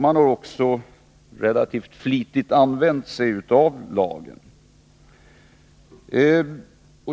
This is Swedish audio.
Man har också relativt flitigt använt sig av lagen.